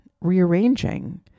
rearranging